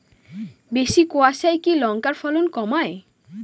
বেশি কোয়াশায় কি লঙ্কার ফলন কমায়?